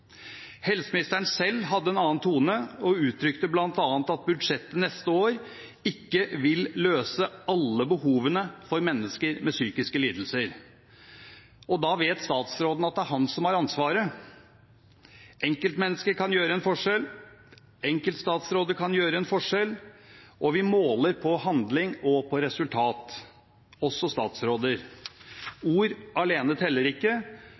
Helseministeren selv hadde en annen tone og uttrykte bl.a. at budsjettet neste år ikke vil løse alle behovene for mennesker med psykiske lidelser. Og da vet statsråden at det er han som har ansvaret. Enkeltmennesker kan gjøre en forskjell, enkeltstatsråder kan gjøre en forskjell, og vi måler på handling og på resultat – også statsråder. Ord alene teller ikke,